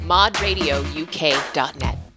ModRadioUK.net